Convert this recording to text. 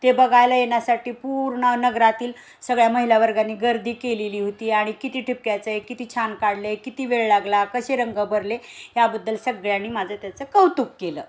ते बघायला येण्यासाठी पूर्ण नगरातील सगळ्या महिला वर्गानी गर्दी केलेली होती आणि किती ठिपक्याचं आहे किती छान काढलेय किती वेळ लागला कसे रंग भरले ह्याबद्दल सगळ्यांनी माझं त्याचं कौतुक केलं